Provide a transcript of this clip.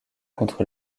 contre